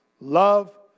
love